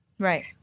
Right